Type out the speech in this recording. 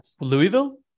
Louisville